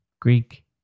Greek